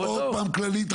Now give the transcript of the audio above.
או עוד פעם רעיון כללי.